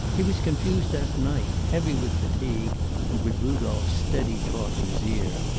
he was confused that night, heavy with fatigue and with rudolph's steady talk in his ear.